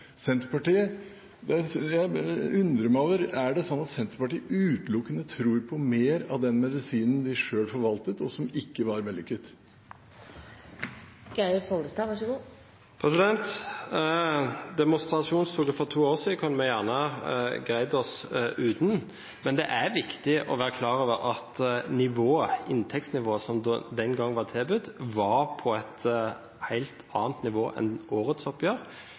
Senterpartiet utelukkende tror på mer av den medisinen de selv forvaltet, og som ikke var vellykket. Demonstrasjonstoget for to år siden kunne vi ha greid oss uten. Men det er viktig å være klar over at inntektsnivået som den gang ble tilbudt, var på et helt annet nivå enn årets oppgjør,